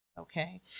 Okay